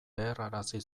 leherrarazi